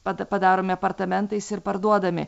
pad padaromi apartamentais ir parduodami